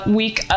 week